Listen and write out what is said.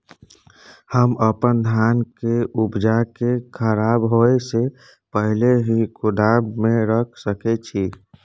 हम अपन धान के उपजा के खराब होय से पहिले ही गोदाम में रख सके छी?